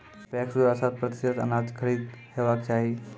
PACS द्वारा शत प्रतिसत अनाज खरीद हेवाक चाही?